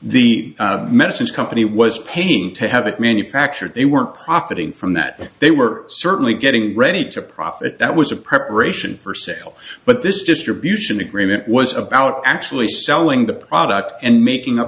the medicines company was paying to have it manufactured they weren't profiting from that that they were certainly getting ready to profit that was a proper ration for sale but this distribution agreement was about actually selling the product and making a